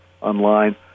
online